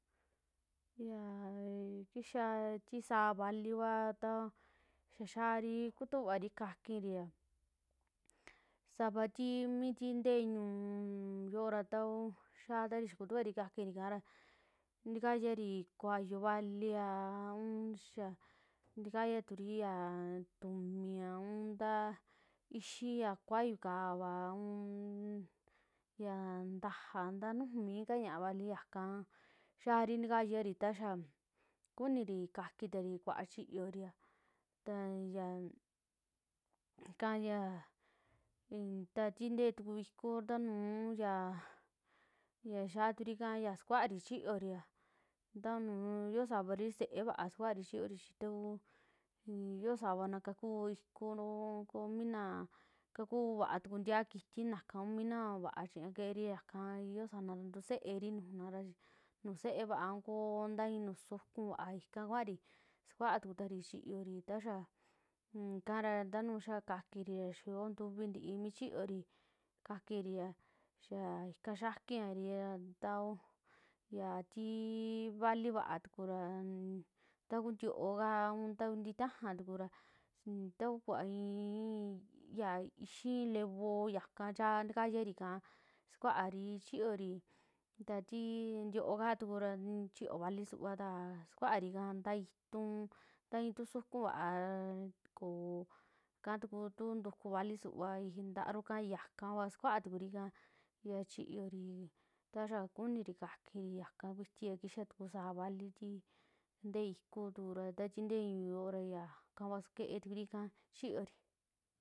Ya kixaa ti sa'a vali, vaa ta xaa xari kutuvari kakinrii, a savatii tii ntee ñuuyo'o ra ta kuu xaa tari kutuvari kakiri saara ntakayari kuayoo vali, yaa un xaa ntakayaturi tumiiaa un ta ixi'i kuayuu kaava, a un ya ntajaa ntaa nujuu mii kaa ña'a vali ika, xaari ntakayari ta xaa kuniri kakitari kuaa chiyoori, a ta yaa ika ya ntaa ti ntee tuku ikuu taa nuu ya xaa turi ika sukuari chiyoori a ta nujuu yo savari see vaa suvaari chiyoori, chi ta kuu yoo savana kakunaa kuu ikuu un koo minaa kakuu vaa ikuu ntiaa kitii naka kuu minaa naa vaa chiñaa keéri, yaka kua yoo sanaa ntuseeri nujuna nuu seeva'a a koo ntaa iï nuju sukuu vaa ika kuaari sukuaa tukutari chiyoori, ta xaa ika ra a ta xaa kakiri xaa yoo ntuvi nti'i chiyoori kakiri a xaa ika yakiari, a k00 yaa tii vali va'a tukura aun ta kuu ntio'o kaa, a ta uu ntitajaa tukura ta ku kuva ii ixii levoo yaka chaa kayari ikaa sukuari chiyoori, ntaa tii ntio'o ka tukura chiyoo valii suva tukuta sukaai nta'a iituun ntaa i.í tu suku vaa, a koo ikaa tuku ntaa ntuku vali kaa ntaruu ikava sakuaa tukuri ya chiyo'ori ta xaa kuniri kakiri yaka kuitiva kixa tuku sa'a vali tii ntee ikuu tukua ta tintee ñuu yoo ra yakava ke'e tukuri ika chiyo'ori.